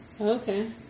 Okay